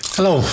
Hello